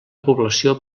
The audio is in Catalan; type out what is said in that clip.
població